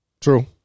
True